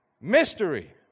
Mystery